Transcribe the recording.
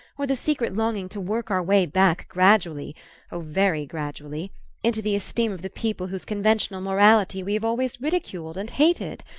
or the secret longing to work our way back gradually oh, very gradually into the esteem of the people whose conventional morality we have always ridiculed and hated?